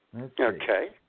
Okay